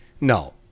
No